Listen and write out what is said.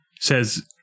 says